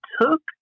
took